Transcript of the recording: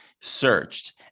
searched